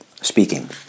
speaking